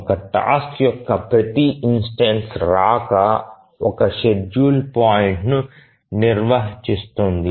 ఒక టాస్క్ యొక్క ప్రతి ఇన్స్టెన్సు రాక ఒక షెడ్యూల్ పాయింట్ను నిర్వచిస్తుంది